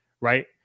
right